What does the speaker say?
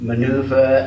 Maneuver